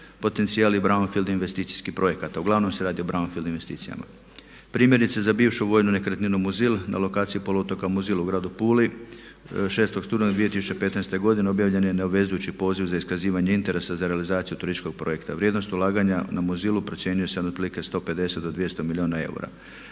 potencijal i braunfield investicijskih projekata. Uglavnom se radi o braunfield investicijama. Primjerice, za bivšu vojnu nekretninu Muzil na lokaciji poluotoka Muzil u gradu Puli 6. studenog 2015. godine objavljen je neobvezujući poziv za iskazivanje interesa za realizaciju turističkog projekta. Vrijednost ulaganja na Muzilu procjenjuje se na otprilike 150 do 200 milijuna eura.